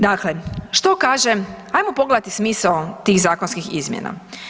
Dakle, što kaže, ajmo pogledati smisao tih zakonskih izmjena.